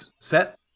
set